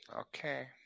Okay